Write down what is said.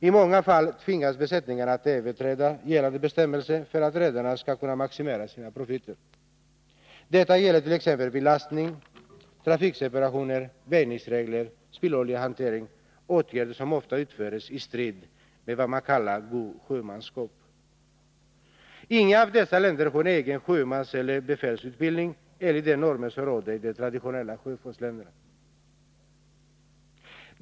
I många fall tvingas besättningarna överträda gällande bestämmelser för att redarna skall kunna maximera sina profiter. Detta gäller t.ex. vid lastning, trafikseparationer, väjningsregler, spilloljehantering m.m. — åtgärder som ofta vidtas i strid med vad man anser vara gott sjömanskap. Inget av dessa länder har en egen sjömanseller befälsutbildning enligt de normer som gäller i de traditionella sjöfartsländerna.